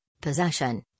possession